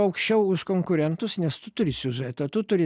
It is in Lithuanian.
aukščiau už konkurentus nes tu turi siužetą tu turi